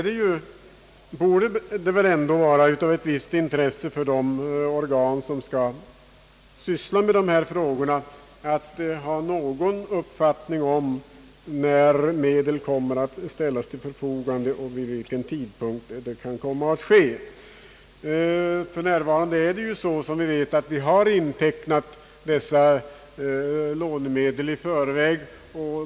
Det borde vara av intresse för de organ som skall syssla med dessa frågor att ha någon uppfattning om när medel kommer att ställas till förfogande och vid vilken tidpunkt det kan komma att ske. Såsom vi vet har vi ju för närvarande i förväg intecknat dessa lånemedel.